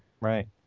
right